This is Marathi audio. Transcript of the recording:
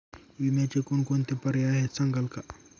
विम्याचे कोणकोणते पर्याय आहेत सांगाल का?